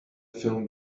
film